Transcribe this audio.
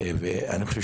חושב